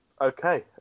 Okay